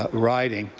ah riding,